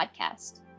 Podcast